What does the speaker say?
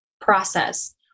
process